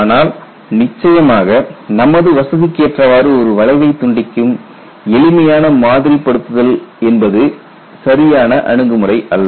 ஆனால் நிச்சயமாக நமது வசதிக்கு ஏற்றவாறு ஒரு வளைவை துண்டிக்கும் எளிமையான மாதிரி படுத்துதல் என்பது சரியான அணுகுமுறை அல்ல